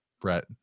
Brett